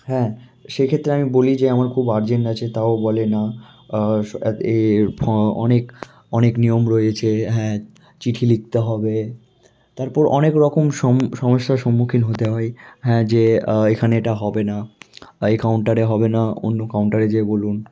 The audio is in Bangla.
হ্যাঁ সেক্ষেত্রে আমি বলি যে আমার খুব আর্জেন্ট আছে তাও বলে না এ ফঁ অনেক অনেক নিয়ম রয়েছে হ্যাঁ চিঠি লিখতে হবে তারপর অনেক রকম সমস্যার সম্মুখীন হতে হয় হ্যাঁ যে এখানে এটা হবে না বা এ কাউন্টারে হবে না অন্য কাউন্টারে যেয়ে বলুন